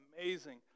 amazing